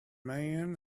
man